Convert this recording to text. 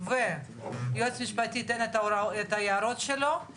איזה שטויות אתה